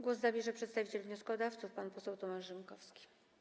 Głos zabierze przedstawiciel wnioskodawców pan poseł Tomasz Rzymkowski.